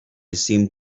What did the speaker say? seemed